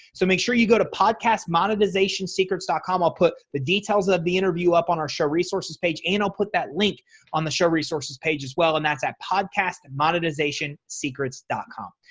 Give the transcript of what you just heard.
so make sure you go to podcasts monetization secrets dot com i'll put the details of the interview up on our show resources page and i'll put that link on the show resources page as well and that's our podcast monetization secrets dot com.